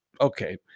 okay